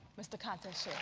mr. contest